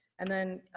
and then,